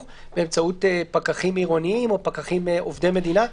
באמצעות פקחים עירוניים או פקחים עובדי מדינה,